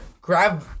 grab